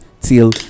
till